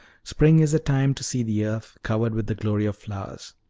spring is the time to see the earth covered with the glory of flowers.